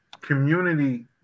community